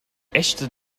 echte